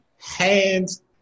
Hands